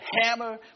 hammer